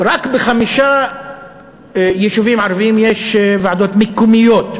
רק בחמישה יישובים ערביים יש ועדות מקומיות,